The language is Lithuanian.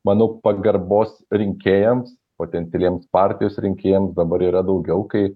manau pagarbos rinkėjams potencialiems partijos rinkėjams dabar yra daugiau kai